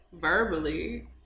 Verbally